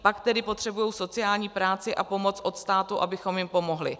Pak tedy potřebují sociální práci a pomoc od státu, abychom jim pomohli.